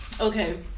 okay